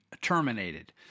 terminated